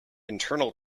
internal